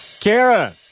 Kara